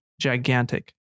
gigantic